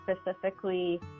specifically